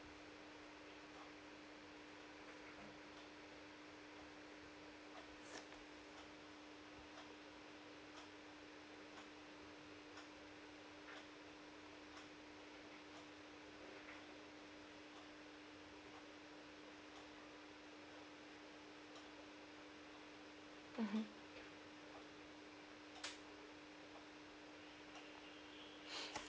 mmhmm